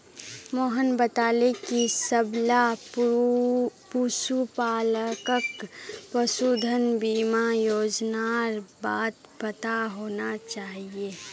मोहन बताले कि सबला पशुपालकक पशुधन बीमा योजनार बार पता होना चाहिए